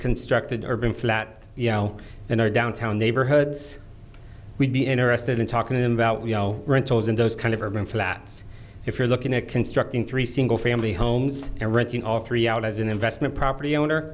construct the durban flat you know in our downtown neighborhoods we'd be interested in talking to them about you know rentals in those kind of urban flats if you're looking at constructing three single family homes and wrecking all three out as an investment property owner